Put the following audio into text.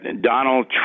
Donald